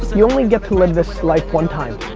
you only get to live this life one time.